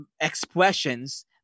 expressions